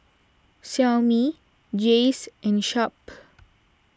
Xiaomi Jays and Sharp